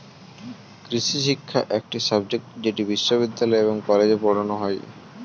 কৃষিশিক্ষা একটি সাবজেক্ট যেটি বিশ্ববিদ্যালয় এবং কলেজে পড়ানো হয়